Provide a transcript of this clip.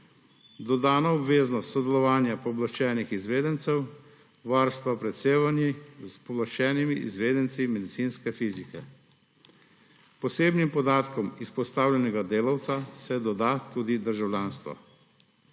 dodana obveznost sodelovanja pooblaščenih izvedencev varstva pred sevanji s pooblaščenimi izvedenci medicinske fizike. Posebnim podatkom izpostavljenega delavca se doda tudi državljanstvo;